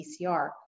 PCR